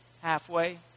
halfway